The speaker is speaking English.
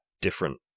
different